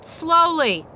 slowly